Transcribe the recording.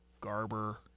Garber